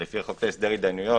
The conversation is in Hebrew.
לפי חוק להסדר הידיינויות,